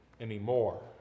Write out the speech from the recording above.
anymore